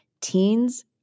teens